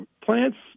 plants